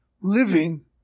living